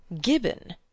Gibbon